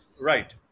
Right